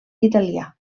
italià